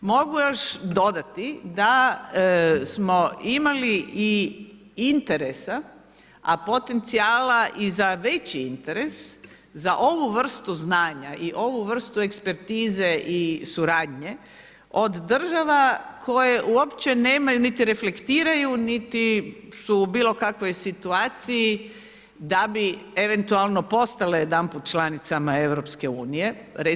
Mogu još dodati da smo imali i interesa, a potencijala i za veći interes za ovu vrstu znanja i ovu vrstu ekspertize i suradnje od država koje uopće nemaju niti reflektiraju niti su u bilo kakvoj situaciji da bi eventualno postale jedanput članicama Europske unije.